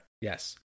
Yes